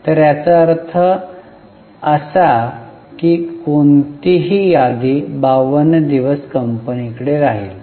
तर याचा अर्थ असा की कोणतीही यादी 52 दिवस कंपनी कडे राहील